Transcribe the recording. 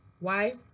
wife